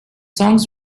songs